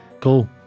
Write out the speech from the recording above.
Cool